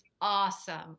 awesome